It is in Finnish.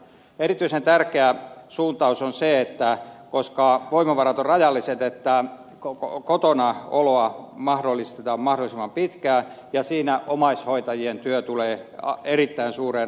erityisen tärkeä suuntaus on se että koska voimavarat ovat rajalliset niin kotonaoloa mahdollistetaan mahdollisimman pitkään ja siinä omaishoitajien työ tulee erittäin suureen arvoon